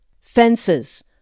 Fences